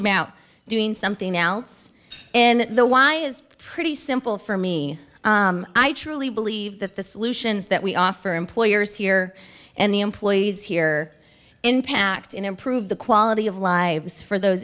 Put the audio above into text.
about doing something now in the why is pretty simple for me i truly believe that the solutions that we offer employers here and the employees here impact and improve the quality of lives for those